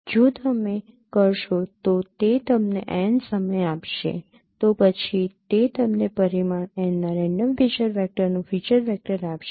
જો તમે કરશો તો તે તમને n સમય આપશે તો પછી તે તમને પરિમાણ n ના રેન્ડમ ફીચર વેક્ટરનું ફીચર વેક્ટર આપશે